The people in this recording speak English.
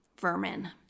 vermin